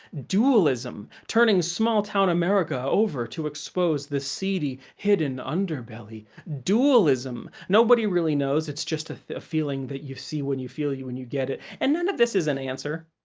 dualism, turning small town america over to expose the seedy, hidden underbelly, dualism, nobody really knows, it's just a feeling that you see when you feel when you get it, and none of this is an answer,